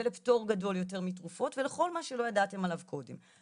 לפטור גדול מתרופות ולכל מה שלא ידעתם עליו קודם,